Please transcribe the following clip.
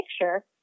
picture